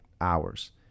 hours